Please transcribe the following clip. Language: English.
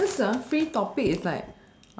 because free topic is like